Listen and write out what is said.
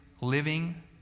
living